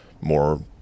more